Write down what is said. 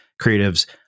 creatives